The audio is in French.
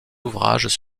ouvrages